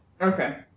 Okay